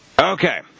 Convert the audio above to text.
Okay